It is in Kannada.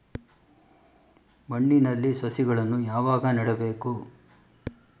ಮಣ್ಣಿನಲ್ಲಿ ಸಸಿಗಳನ್ನು ಯಾವಾಗ ನೆಡಬೇಕು?